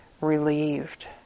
relieved